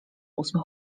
ósmy